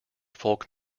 folk